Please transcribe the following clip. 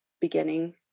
beginning